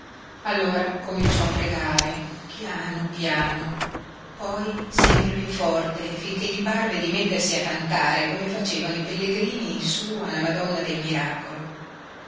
allora cominciò a pregare piano piano poi sempre piú forte finché gli parve di mettersi a cantare come facevano i pellegrini su alla madonna del miracolo